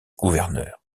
gouverneurs